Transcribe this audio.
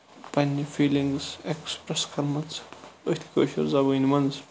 پَنٕنہِ feelings express کرنَس أتھۍ کٲشِر زَبٲنۍ منٛز